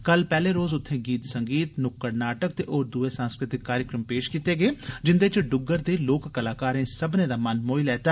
कल पैहले रोज उत्थे गीत संगीत नुक्कड़ नाटक ते होर दूए सांस्कृतिक कार्यक्रम पेश कीते गे जिन्दे च ड्रग्गर दे लोक कलाकारें सब्बने दा मन मोही लैता